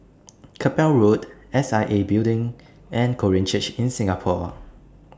Keppel Road S I A Building and Korean Church in Singapore